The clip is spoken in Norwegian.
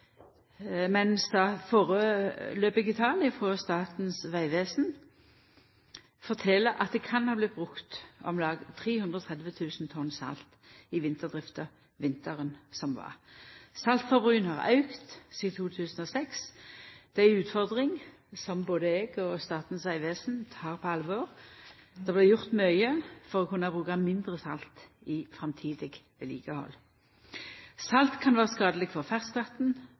men førebelse tal frå Statens vegvesen fortel at det kan ha vorte brukt om lag 330 000 tonn salt i vinterdrifta vinteren som var. Saltbruken har auka sidan 2006. Det er ei utfordring som både eg og Statens vegvesen tek på alvor. Det blir gjort mykje for å kunna bruka mindre salt i framtidig vedlikehald. Salt kan vera skadeleg for